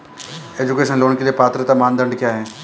Education loan के लिए पात्रता मानदंड क्या है?